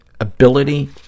ability